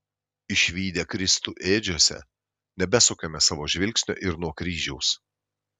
išvydę kristų ėdžiose nebesukame savo žvilgsnio ir nuo kryžiaus